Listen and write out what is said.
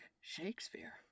Shakespeare